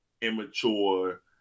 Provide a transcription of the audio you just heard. immature